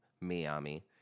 Miami